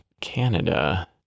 Canada